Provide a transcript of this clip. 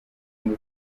ngo